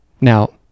now